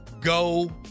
Go